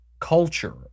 culture